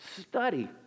study